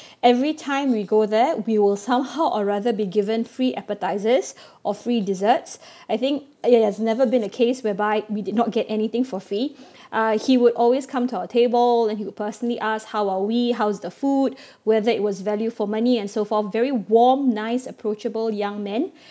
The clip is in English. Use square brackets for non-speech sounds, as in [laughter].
every time we go there we will somehow or rather be given free appetisers or free desserts I think uh it has never been a case whereby we did not get anything for free [breath] uh he would always come to our table and he would personally ask how are we how's the food whether it was value for money and so forth very warm nice approachable young man